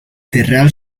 terral